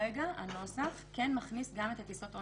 כרגע הנוסח כן מכניס גם את הטיסות On